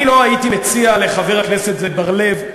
עם "אל-קאעידה"